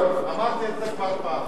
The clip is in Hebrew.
אמרתי את זה כבר פעם,